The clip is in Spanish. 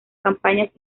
campañas